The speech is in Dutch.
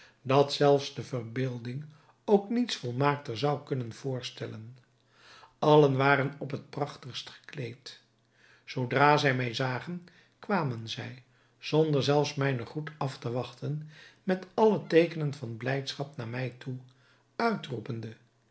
dat zelfs de verbeelding ook niets volmaakter zou kunnen voorstellen allen waren op het prachtigst gekleed zoodra zij mij zagen kwamen zij zonder zelfs mijnen groet af te wachten met alle teekenen van blijdschap naar mij toe